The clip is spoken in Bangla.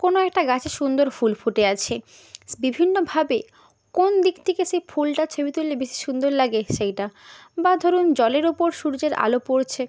কোনো একটা গাছে সুন্দর ফুল ফুটে আছে বিভিন্নভাবে কোন দিক থেকে সেই ফুলটার ছবি তুললে বেশি সুন্দর লাগে সেইটা বা ধরুন জলের উপর সূর্যের আলো পড়ছে